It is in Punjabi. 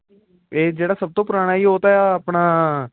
ਇਹ ਜਿਹੜਾ ਸਭ ਤੋਂ ਪੁਰਾਣਾ ਜੀ ਉਹ ਤਾਂ ਆਪਣਾ